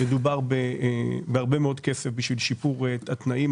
מדובר בהרבה מאוד כסף בשביל שיפור התנאים.